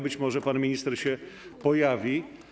Być może pan minister się pojawi.